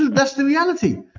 that's the reality.